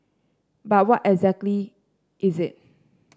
but what exactly is it